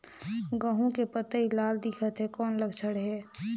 गहूं के पतई लाल दिखत हे कौन लक्षण हे?